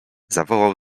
zawołał